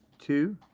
two,